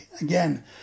again